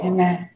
Amen